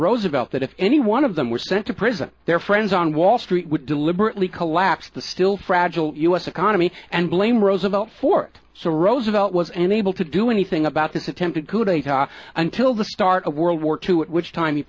roosevelt that if any one of them were sent to prison their friends on wall street would deliberately collapse the still fragile u s economy and blame roosevelt for soros was and able to do anything about this attempted coup d'etat until the start of world war two which ti